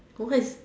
what